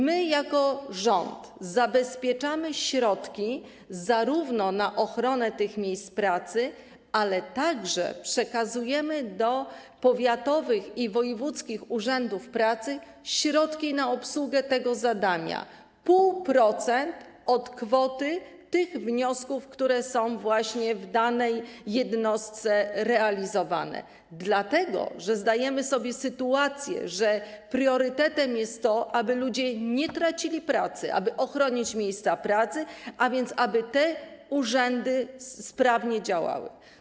My jako rząd zarówno zabezpieczamy środki na ochronę tych miejsc pracy, jak i przekazujemy do powiatowych i wojewódzkich urzędów pracy środki na obsługę tego zadania, 0,5% od kwoty tych wniosków, które są właśnie w danej jednostce realizowane, dlatego że zdajemy sobie sprawę z tego, że priorytetem jest to, aby ludzie nie tracili pracy, aby ochronić miejsca pracy, a więc aby te urzędy sprawnie działały.